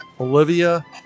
Olivia